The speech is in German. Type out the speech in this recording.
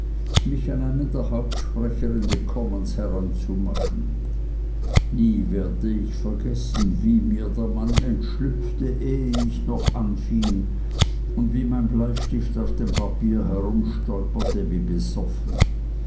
mich an einen der hauptsprecher in den commons heranzumachen nie werde ich vergessen wie mir der mann entschlüpfte ehe ich noch anfing und wie mein bleistift auf dem papier herumstolperte wie besoffen